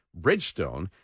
Bridgestone